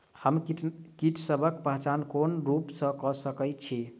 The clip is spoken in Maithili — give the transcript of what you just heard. हम कीटसबक पहचान कोन रूप सँ क सके छी?